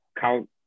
count